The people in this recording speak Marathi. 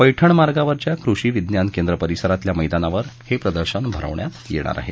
पैठण मार्गावरच्या कृषी विज्ञान केंद्र परिसरातल्या मैदानावर हे प्रदर्शन भरवण्यात येणार आहे